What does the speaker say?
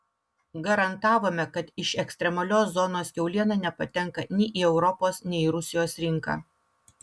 garantavome kad iš ekstremalios zonos kiauliena nepatenka nei į europos nei į rusijos rinką